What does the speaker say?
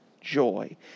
joy